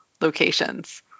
locations